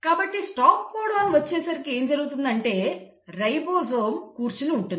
కాబట్టి stop codon వచ్చేసరికి ఏం జరుగుతుందంటే రైబోజోమ్ కూర్చుని ఉంటుంది